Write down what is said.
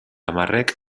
hamarrek